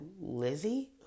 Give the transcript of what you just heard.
Lizzie